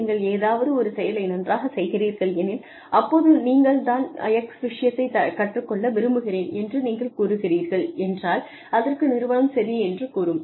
நீங்கள் எதாவது ஒரு செயலை நன்றாகச் செய்கிறீர்கள் எனில் அப்போது நீங்க நான் X விஷயத்தைக் கற்றுக்கொள்ள விரும்புகிறேன் என்று நீங்கள் கூறுகிறீர்கள் என்றால் அதற்கு நிறுவனம் சரி என்று கூறும்